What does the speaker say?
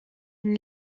une